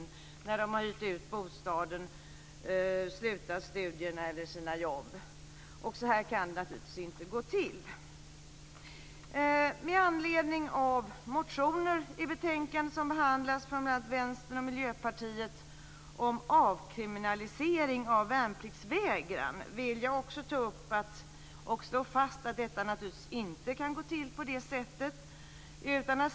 Då har de kanske hyrt ut bostaden, slutat studierna eller sina jobb. Så kan det naturligtvis inte få gå till. Med anledning av motioner från bl.a. Vänstern och Miljöpartiet om avkriminalisering av värnpliktsvägran som behandlas i betänkandet vill jag också slå fast att det naturligtvis inte kan gå till på det sättet.